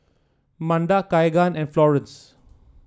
Manda Keagan and Florence